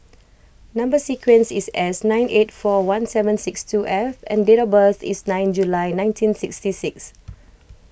Number Sequence is S nine eight four one seven six two F and date of birth is nine July nineteen sixty six